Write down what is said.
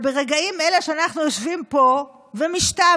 וברגעים אלה שאנחנו יושבים פה ומשתעממים,